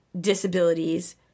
disabilities